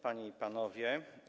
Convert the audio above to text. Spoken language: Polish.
Panie i Panowie!